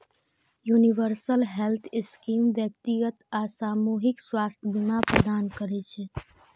universal health scheme व्यक्तिगत आ सामूहिक स्वास्थ्य बीमा प्रदान करै छै